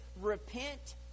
repent